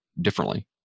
differently